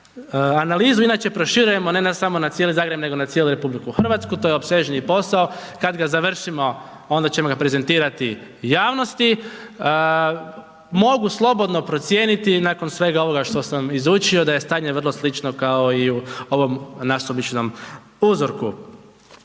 Analizi inače proširujemo, ne samo na cijeli Zagreb, nego na cijelu RH, to je opsežniji posao, kad ga završimo onda ćemo ga prezentirati javnosti, mogu slobodno procijeniti nakon svega ovoga što sam izučio da je stanje vrlo slično kao i u ovom nasumičnom uzorku.